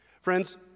Friends